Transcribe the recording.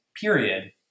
period